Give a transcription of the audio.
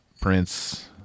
Prince